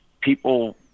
people